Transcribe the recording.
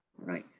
right,